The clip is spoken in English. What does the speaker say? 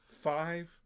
Five